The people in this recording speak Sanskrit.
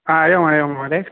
हरिः ओं हरिः ओं महोदय